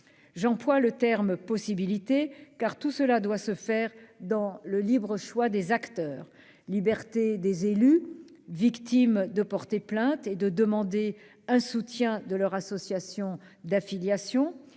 j'emploie le terme « possibilité », c'est que tout cela doit se faire dans le libre choix des acteurs : liberté des élus victimes d'agression de porter plainte et de demander le soutien de leur association d'affiliation,